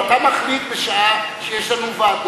אבל אתה מחליט בשעה שיש לנו ועדות.